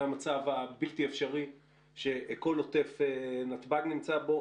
המצב הבלתי אפשרי שכל עוטף נתב"ג נמצא בו.